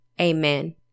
Amen